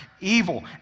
Evil